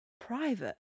private